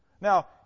Now